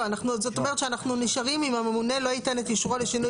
זאת אומרת שאנחנו נשארים עם 'הממונה לא ייתן אישורו לשינוי